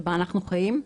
שבה אנחנו חיים.